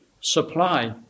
supply